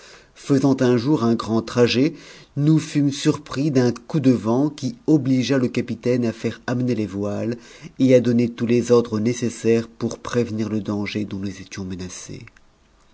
faisant un jour n grand trajet nous fûmes surpris d'un coup de vent qui obligea le mnitahie à faire amener les voiles et à donner tous les ordres nécessaires nour prévenir le danger dont nous étions menacés